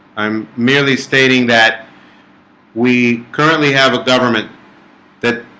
i'm merely stating that we currently have a government that